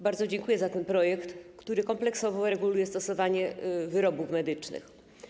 Bardzo dziękuję za ten projekt, który kompleksowo reguluje stosowanie wyrobów medycznych.